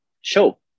show